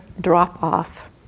drop-off